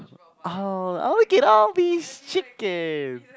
oh oh I get all these chicken